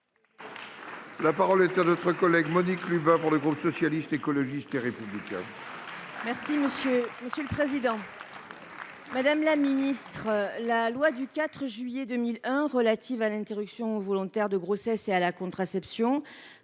La parole est à Mme Monique Lubin, pour le groupe Socialiste, Écologiste et Républicain. Madame la ministre, la loi du 4 juillet 2001 relative à l’interruption volontaire de grossesse et à la contraception